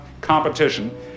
competition